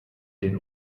den